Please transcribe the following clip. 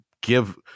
give